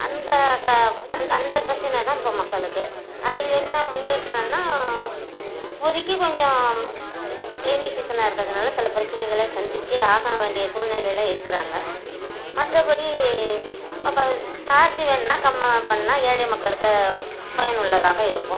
அந்த க சண்ட அந்த பிரச்சினை தான் இப்போது மக்களுக்கு அதில் என்ன முன்னேற்றன்னால் இப்போதைக்கி கொஞ்சம் ரெய்னி சீசனாக இருக்கிறதுனால சில பிரச்சினைகள சந்தித்தே ஆகவேண்டிய சூழ்நிலையில் இருக்கிறாங்க மற்றபடி சார்ஜு வேண்ணா கம்மி பண்ணிணா ஏழை மக்களுக்கு பயனுள்ளதாக இருக்கும்